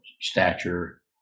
stature